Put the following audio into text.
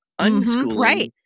Unschooling